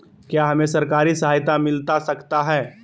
क्या हमे सरकारी सहायता मिलता सकता है?